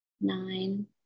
nine